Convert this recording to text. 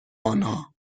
آنها